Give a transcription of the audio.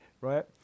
right